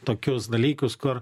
tokius dalykus kur